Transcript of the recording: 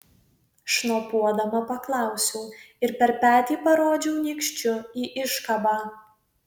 šnopuodama paklausiau ir per petį parodžiau nykščiu į iškabą